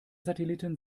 satelliten